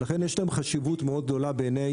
ולכן יש להם חשיבות מאוד גדולה בעיני